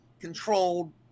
controlled